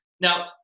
Now